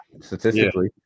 statistically